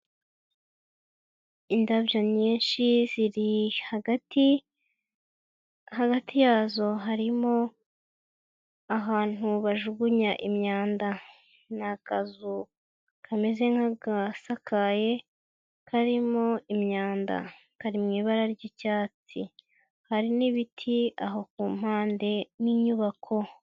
Indabyo nyinshi ziri hagati, hagati yazo harimo ahantu bajugunya imyanda. Ni akazu kameze nk'agasakaye, karimo imyanda. Kari mu ibara ry'icyatsi, hari n'ibiti aho ku mpande y'inyubako.